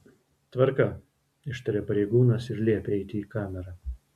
tvarka ištaria pareigūnas ir liepia eiti į kamerą